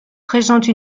présente